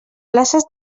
places